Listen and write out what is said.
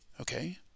okay